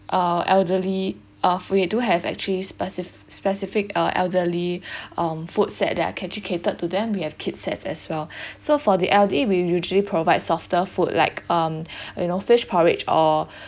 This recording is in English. uh elderly uh we do have actually speci~ specific uh elderly um food set there are actually catered to them we have kids sets as well so for the elderly we usually provide softer food like um you know fish porridge or